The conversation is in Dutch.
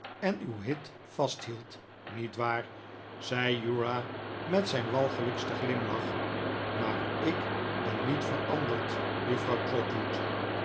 en uw hit vasthield niet waar zei uriah met zijn walgelijksten glimlach maar ik ben niet veranderd juffrouw trotwood